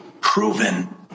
proven